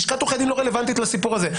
לשכת עורכי הדין לא רלוונטית לסיפור הזה.